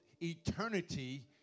eternity